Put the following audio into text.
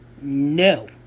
No